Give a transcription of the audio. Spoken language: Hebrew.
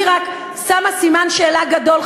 אני רק שמה סימן-שאלה גדול,